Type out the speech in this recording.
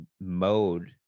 mode